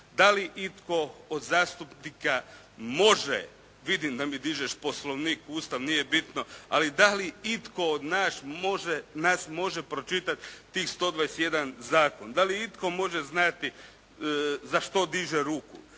Da li itko od zastupnika može. Vidim da mi dižeš Poslovnik, Ustav, nije bitno, ali da li itko od nas može pročitati tih 121 zakon? Da li itko može znati za što diže ruku?